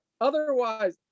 Otherwise